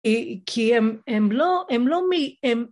‫כי הם לא, הם לא מי, הם...